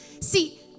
See